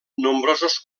nombrosos